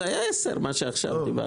זו הייתה הסתייגות 10, מה שעכשיו דיברנו.